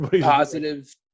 positive